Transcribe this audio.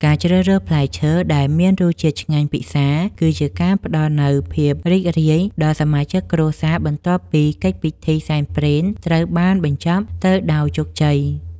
ការជ្រើសរើសផ្លែឈើដែលមានរសជាតិឆ្ងាញ់ពិសាគឺជាការផ្ដល់នូវភាពរីករាយដល់សមាជិកគ្រួសារបន្ទាប់ពីកិច្ចពិធីសែនព្រេនត្រូវបានបញ្ចប់ទៅដោយជោគជ័យ។